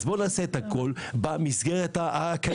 אז בוא נעשה את הכול במסגרת הקיימת.